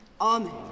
Amen